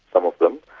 some of them,